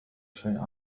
شيء